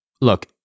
look